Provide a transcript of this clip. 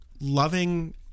loving